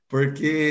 Porque